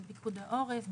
עם פיקוד העורף,